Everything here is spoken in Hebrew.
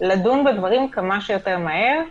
לדון בדברים כמה שיותר מהר,